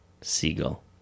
Seagull